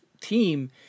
team